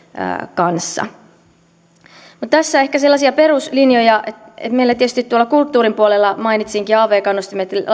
kanssa tässä ehkä sellaisia peruslinjoja meillä tietysti tuolla kulttuurin puolella mainitsinkin av kannustimet